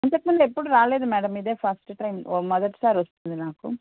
ఇంతకముందు ఎప్పుడు రాలేదు మ్యాడమ్ ఇదే ఫస్ట్ టైమ్ మొదటిసారి వస్తుంది నాకు